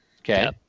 okay